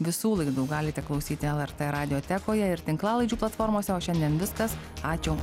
visų laidų galite klausyti lrt radiotekoje ir tinklalaidžių platformose o šiandien viskas ačiū